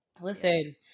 Listen